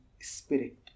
spirit